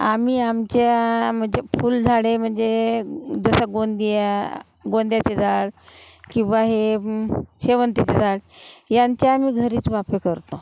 आम्ही आमच्या म्हणजे फुलझाडे म्हणजे जसं गोंदिया गोंद्याचे झाड किंवा हे शेवंतीचे झाड यांचे आम्ही घरीच वाफे करतो